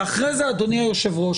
ואחרי זה אדוני היושב-ראש,